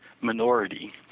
minority